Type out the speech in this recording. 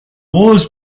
wars